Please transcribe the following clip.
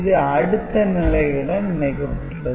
இது அடுத்த நிலையுடன் இணைக்கப்பட்டுள்ளது